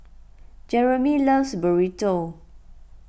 Jeramie loves Burrito